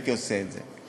הייתי עושה את זה.